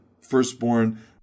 firstborn